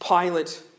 Pilate